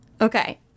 Okay